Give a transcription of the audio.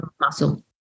muscle